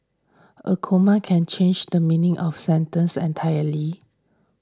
a comma can change the meaning of sentence entirely